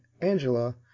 Angela